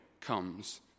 comes